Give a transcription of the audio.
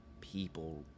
people